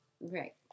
right